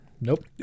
nope